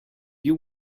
you